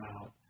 out